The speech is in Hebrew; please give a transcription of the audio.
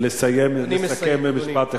לסיים ולסכם במשפט אחד.